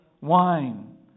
Wine